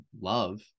love